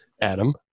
Adam